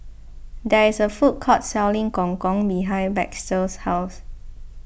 there is a food court selling Gong Gong behind Baxter's house